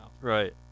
Right